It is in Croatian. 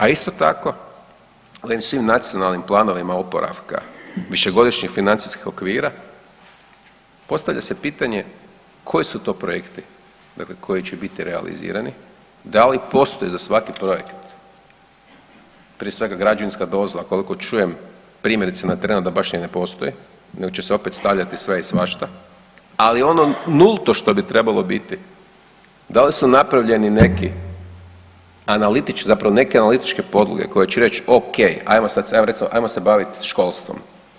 A isto tako, u ovim svim Nacionalnim planovima oporavka, višegodišnjih financijskih okvira, postavlja se pitanje koji su to projekti, dakle, koji će biti realizirani, da li postoji za svaki projekt, prije svega građevinska dozvola, koliko čujem, primjerice na terenu da baš i ne postoje, nego će se opet stavljati sve i svašta, ali ono nulto što bi trebalo biti, da li su napravljeni neki, zapravo neke analitičke podloge koje će reći, ok, ajmo sad, ajmo se baviti školstvom.